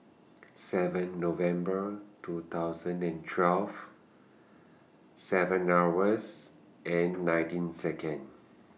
seven November two thousand and twelve seven hours and nineteen Second